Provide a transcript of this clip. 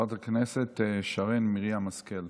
חברת הכנסת שרן מרים השכל,